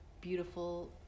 beautiful